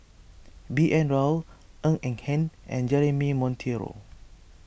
B N Rao Ng Eng Hen and Jeremy Monteiro